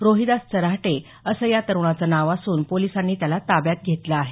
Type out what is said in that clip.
रोहिदास चऱ्हाटे असं या तरुणाचं नाव असून पोलिसांनी त्याला ताब्यात घेतलं आहे